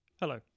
Hello